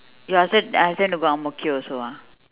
you ask them ask them to go ang mo kio also ah